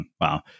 Wow